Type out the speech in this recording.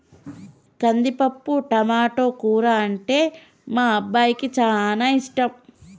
కందిపప్పు టమాటో కూర అంటే మా అబ్బాయికి చానా ఇష్టం